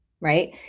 right